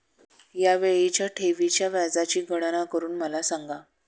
या वेळीच्या ठेवीच्या व्याजाची गणना करून मला सांगा